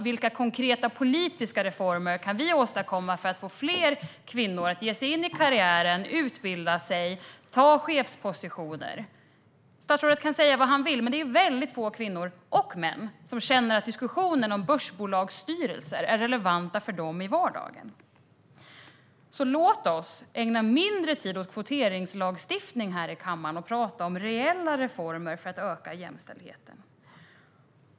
Vilka konkreta politiska reformer kan vi åstadkomma för att få fler kvinnor att ge sig in i karriären, utbilda sig och ta chefspositioner? Statsrådet kan säga vad han vill. Men det är få kvinnor och män som känner att diskussionen om börsbolagsstyrelser är relevant för dem i vardagen. Låt oss ägna mindre tid åt kvoteringslagstiftning här i kammaren! Låt oss i stället prata om reella reformer för att öka jämställdheten!